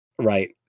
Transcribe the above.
Right